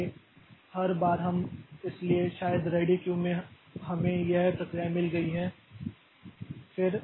इसलिए हर बार हम इसलिए शायद रेडी क्यू में हमें यह प्रक्रिया मिल गई है है